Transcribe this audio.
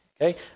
Okay